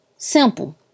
Simple